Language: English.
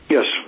Yes